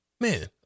Man